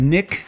Nick